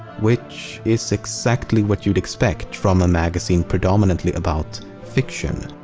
which is exactly what you'd expect from a magazine predominantly about fiction.